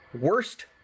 worst